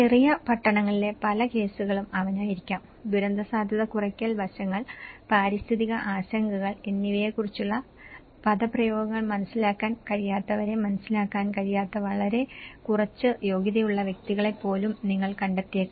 ചെറിയ പട്ടണങ്ങളിലെ പല കേസുകളും അവനായിരിക്കാം ദുരന്തസാധ്യത കുറയ്ക്കൽ വശങ്ങൾ പാരിസ്ഥിതിക ആശങ്കകൾ എന്നിവയെക്കുറിച്ചുള്ള പദപ്രയോഗങ്ങൾ മനസ്സിലാക്കാൻ കഴിയാത്തവരെ മനസ്സിലാക്കാൻ കഴിയാത്ത വളരെ കുറച്ച് യോഗ്യതയുള്ള വ്യക്തികളെ പോലും നിങ്ങൾ കണ്ടെത്തിയേക്കാം